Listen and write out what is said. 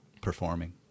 performing